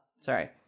Sorry